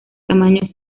tamaño